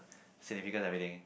significant everything